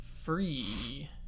free